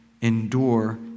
endure